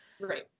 Right